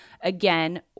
Again